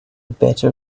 better